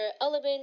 element